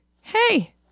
Hey